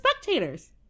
spectators